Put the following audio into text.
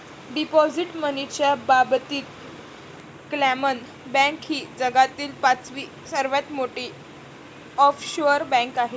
deposit मनीच्या बाबतीत क्लामन बँक ही जगातील पाचवी सर्वात मोठी ऑफशोअर बँक आहे